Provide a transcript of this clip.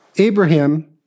Abraham